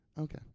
Okay